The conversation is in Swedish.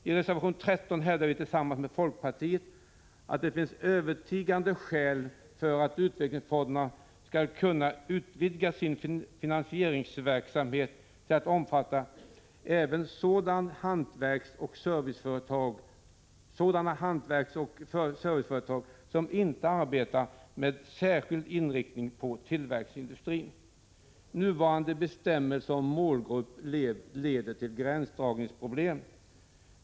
I reservation 13 hävdar vi tillsammans med folkpartiet att det finns övertygande skäl för att utvecklingsfonderna skall utvidga sin finansieringsverksamhet till att omfatta även sådana hantverksoch serviceföretag som inte arbetar med särskild inriktning på tillverkningsindustrin. Nuvarande bestämmelser om målgrupp leder till gränsdragningsproblem.